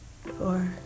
four